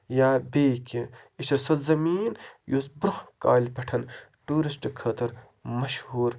یا بیٚیہِ کیٚنٛہہ یہِ چھے سۄ زٔمیٖن یُس برونٛہہ کالہِ پٮ۪ٹھن ٹوٗرِسٹ خٲطر مَشہوٗر